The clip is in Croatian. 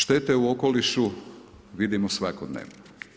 Štete u okolišu vidimo svakodnevno.